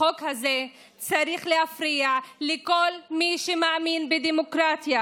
החוק הזה צריך להפריע לכל מי שמאמין בדמוקרטיה.